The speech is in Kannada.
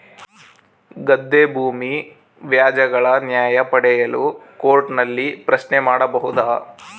ಗದ್ದೆ ಭೂಮಿ ವ್ಯಾಜ್ಯಗಳ ನ್ಯಾಯ ಪಡೆಯಲು ಕೋರ್ಟ್ ನಲ್ಲಿ ಪ್ರಶ್ನೆ ಮಾಡಬಹುದಾ?